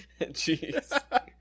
Jeez